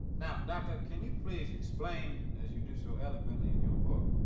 now, doctor, can you please explain, as you do so eloquently in your book,